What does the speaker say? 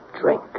drink